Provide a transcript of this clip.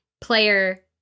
player